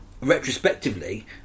retrospectively